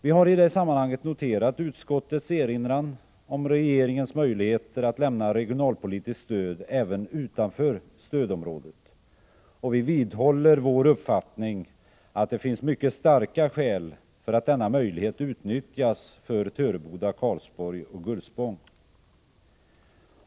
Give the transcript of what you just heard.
Vi har i det sammanhanget noterat utskottets erinran om att regeringen har möjlighet att lämna regionalpolitiskt stöd även utanför stödområdet, och vi vidhåller vår uppfattning att det finns mycket starka skäl för att denna möjlighet utnyttjas för Töreboda, Karlsborg och Gullspång.